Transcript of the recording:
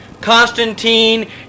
Constantine